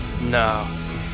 No